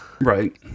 Right